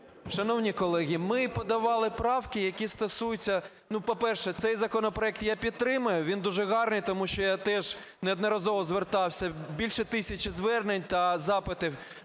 Шановні колеги, ми подавали правки, які стосуються... Ну, по-перше, цей законопроект я підтримаю, він дуже гарний, тому що я теж неодноразово звертався, більше тисячі звернень та запитів